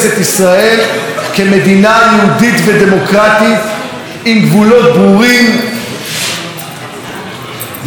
יהודית ודמוקרטית עם גבולות ברורים ולשמר את זה לעולמי עד.